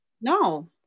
No